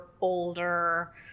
older